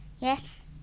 Yes